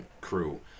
crew